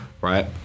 right